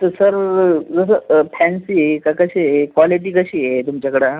तर सर जसं फॅन्सी आहे का कशी आहे क्वालिटी कशी आहे तुमच्याकडं